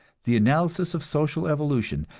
the analysis of social evolution,